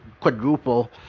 quadruple